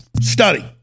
study